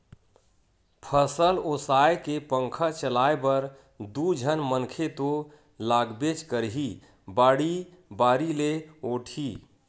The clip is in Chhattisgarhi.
फसल ओसाए के पंखा चलाए बर दू झन मनखे तो लागबेच करही, बाड़ी बारी ले ओटही